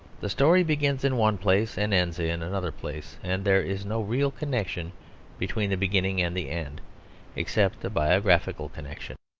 the story begins in one place and ends in another place, and there is no real connection between the beginning and the end except a biographical connection.